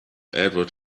edward